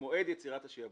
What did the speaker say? מועד יצירת השעבוד.